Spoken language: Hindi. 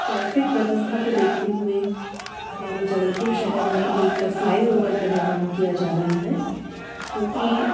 ट्रैफ़िक व्यवस्था को देखते हुए हमारे जबलपुर शहर में एक फ़्लाई ओवर का निर्माण किया जा रहा है क्योंकि